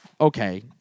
Okay